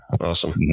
Awesome